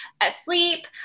asleep